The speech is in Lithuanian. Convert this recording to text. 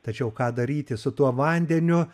tačiau ką daryti su tuo vandeniu